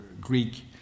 Greek